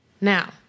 Now